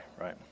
right